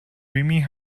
vimy